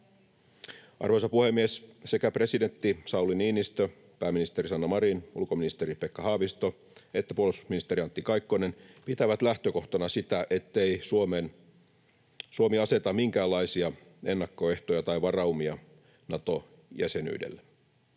Arvoisa puhemies! Sekä presidentti Sauli Niinistö, pääministeri Sanna Marin, ulkoministeri Pekka Haavisto että puolustusministeri Antti Kaikkonen pitävät lähtökohtana sitä, ettei Suomi aseta minkäänlaisia ennakkoehtoja tai varaumia Nato-jäsenyydelle.